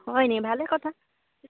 হয় নি ভালে কথা